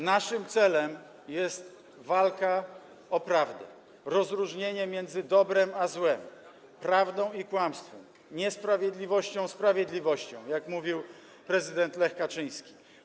Naszym celem jest walka o prawdę, rozróżnienie dobra i zła, prawdy i kłamstwa, niesprawiedliwości i sprawiedliwości, jak mówił prezydent Lech Kaczyński.